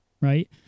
right